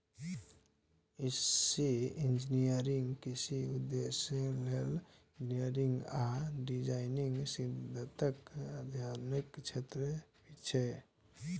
कृषि इंजीनियरिंग कृषि उद्देश्य लेल इंजीनियरिंग आ डिजाइन सिद्धांतक अध्ययनक क्षेत्र छियै